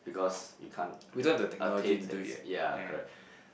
because you can't att~ attain that s~ yeah correct